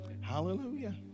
hallelujah